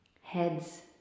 heads